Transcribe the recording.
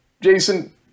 Jason